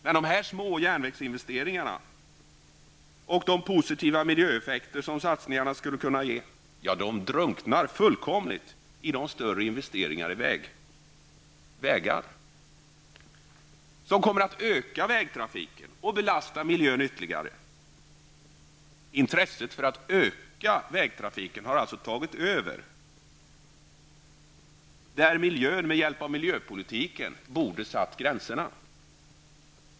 Men dessa små järnvägsinvesteringar, och de positiva miljöeffekter som satsningarna skulle kunna ge, drunknar fullkomligt i större investeringar i vägar som kommer att öka vägtrafiken och belasta miljön ytterligare. Intresset för att öka vägtrafiken har tagit över där miljön med hjälp av miljöpolitiken borde ha fått sätta gränserna.